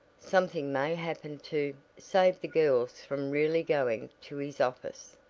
something may happen to save the girls from really going to his office.